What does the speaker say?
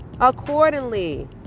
Accordingly